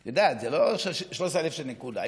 את יודעת, זה לא 13,000. נקודה.